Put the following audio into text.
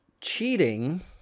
cheating